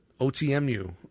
OTMU